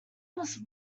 was